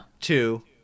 Two